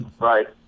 right